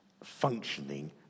functioning